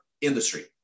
industry